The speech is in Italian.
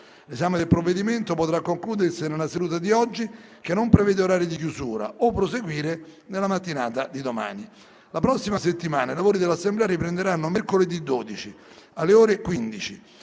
L'esame del provvedimento potrà concludersi nella seduta di oggi, che non prevede orario di chiusura, o proseguire nella mattinata di domani. La prossima settimana i lavori dell'Assemblea riprenderanno mercoledì 12, alle ore 15,